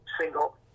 single